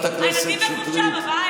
הילדים בחופשה בבית.